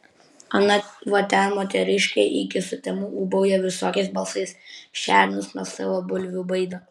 ana va ten moteriškė iki sutemų ūbauja visokiais balsais šernus nuo savo bulvių baido